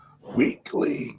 weekly